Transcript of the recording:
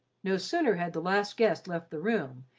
no sooner had the last guest left the room,